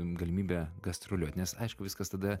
galimybę gastroliuot nes aišku viskas tada